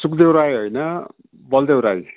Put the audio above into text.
सुकदेव राई होइन बलदेव राई